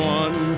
one